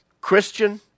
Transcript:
Christian